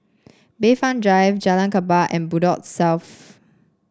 Bayfront Drive Jalan Kapal and Bedok South